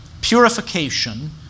Purification